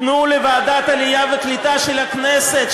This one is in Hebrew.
תנו לוועדת העלייה והקליטה של הכנסת,